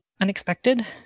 unexpected